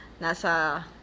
nasa